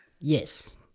Yes